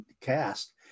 cast